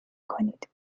کنید